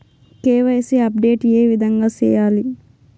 KYC update ఏ విధంగా సేయాలి?